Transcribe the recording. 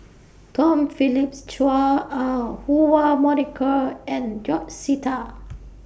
Tom Phillips Chua Ah Huwa Monica and George Sita